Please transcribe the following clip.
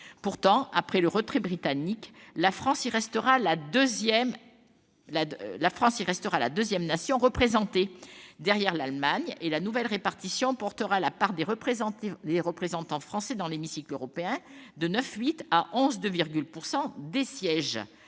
! Après le retrait britannique, la France y restera la deuxième nation représentée, derrière l'Allemagne, et la nouvelle répartition portera la part des représentants français dans l'hémicycle européen de 9,8 % à 11,2 % des sièges.